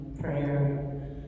prayer